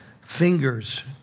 Fingers